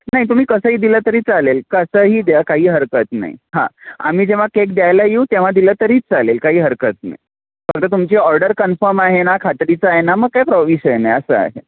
नाही तुम्ही कसंही दिलं तरी चालेल कसंही द्या काही हरकत नाही हा आम्ही जेव्हा केक द्यायला येऊ तेव्हा दिलं तरी चालेल काही हरकत नाही फक्त तुमची ऑर्डर कन्फर्म आहे ना खात्रीचं आहे ना मग काय प्रॉ विषय नाही असं आहे